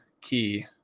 key